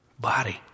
body